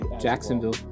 Jacksonville